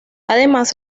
además